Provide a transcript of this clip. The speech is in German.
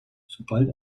sobald